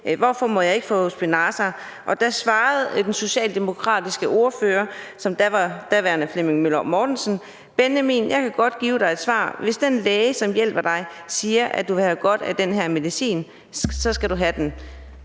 Hvorfor må jeg ikke få Spinraza? Der svarede den socialdemokratiske ordfører, som dengang var Flemming Møller Mortensen: Benjamin, jeg kan godt give dig et svar; hvis den læge, som hjælper dig, siger, at du vil have godt af den her medicin, så skal du have den.